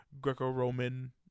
Greco-Roman